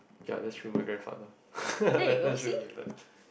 ya that's true my grandfather that that's true